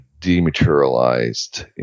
dematerialized